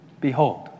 Behold